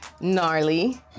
gnarly